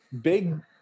big